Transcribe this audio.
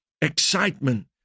excitement